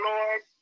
Lord